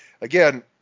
again